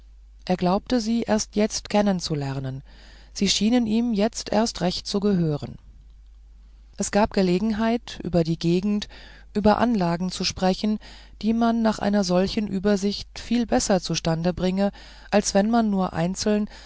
er glaubte sie jetzt erst kennenzulernen sie schienen ihm jetzt erst recht zu gehören es gab gelegenheit über die gegend über anlagen zu sprechen die man nach einer solchen übersicht viel besser zustande bringe als wenn man nur einzeln